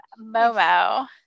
Momo